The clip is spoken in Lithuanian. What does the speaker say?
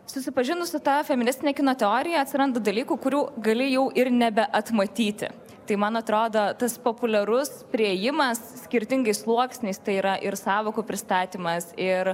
susipažinus su ta feministine kino teorija atsiranda dalykų kurių gali jau ir nebeatmatyti tai man atrodo tas populiarus priėjimas skirtingais sluoksniais tai yra ir sąvokų pristatymas ir